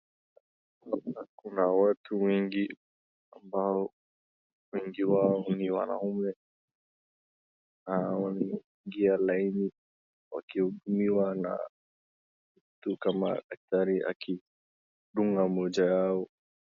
Kuna watu wengi ambao wengi wao ni wanaume wanaoingia line wakihudumiwa na mtu kama daktari akidunga mmoja wao.